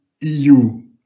EU